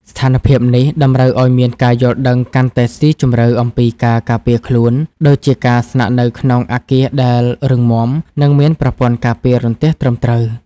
ស្ថានភាពនេះតម្រូវឱ្យមានការយល់ដឹងកាន់តែស៊ីជម្រៅអំពីការការពារខ្លួន ដូចជាការស្នាក់នៅក្នុងអគារដែលរឹងមាំ និងមានប្រព័ន្ធការពាររន្ទះត្រឹមត្រូវ។